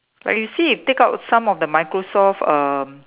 like you see you take up some of the Microsoft um